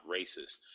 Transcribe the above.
racist